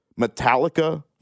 Metallica